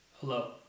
Hello